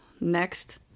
Next